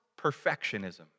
perfectionism